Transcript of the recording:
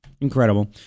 Incredible